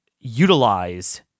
utilize